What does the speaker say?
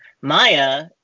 Maya